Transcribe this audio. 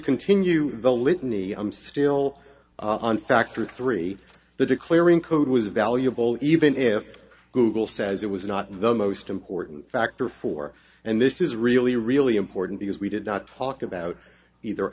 continue the litany i'm still on factor three the declaring code was valuable even if google says it was not the most important factor for and this is really really important because we did not talk about either